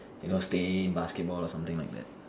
you know staying basketball or something like that